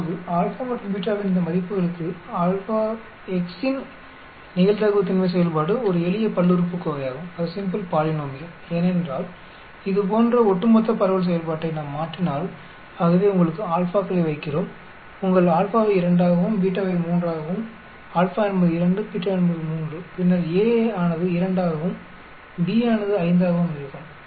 இப்போது α மற்றும் β வின் இந்த மதிப்புகளுக்கு x இன் நிகழ்தகவு திண்மை செயல்பாடு ஒரு எளிய பல்லுறுப்புக்கோவையாகும் ஏனென்றால் இது போன்ற ஒட்டுமொத்த பரவல் செயல்பாட்டை நாம் மாற்றினால் ஆகவே உங்கள் ஆல்பாக்களை வைக்கிறோம் உங்கள் α ஐ 2 ஆகவும் β வை 3 ஆகவும் α என்பது 2 β என்பது 3 பின்னர் A ஆனது 2 ஆகவும் B ஆனது 5 ஆகவும் இருக்கும்